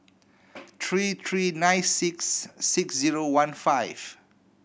three three nine six six zero one five